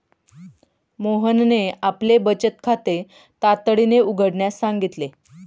मोहनने आपले बचत खाते तातडीने उघडण्यास सांगितले